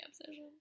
obsession